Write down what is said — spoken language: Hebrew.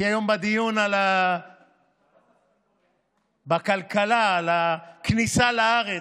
היום בדיון בוועדת הכלכלה על הכניסה לארץ,